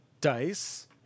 dice